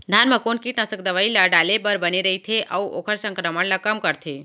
धान म कोन कीटनाशक दवई ल डाले बर बने रइथे, अऊ ओखर संक्रमण ल कम करथें?